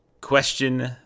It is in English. Question